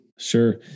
Sure